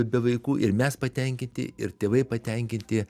be vaikų ir mes patenkinti ir tėvai patenkinti